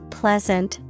pleasant